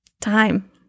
time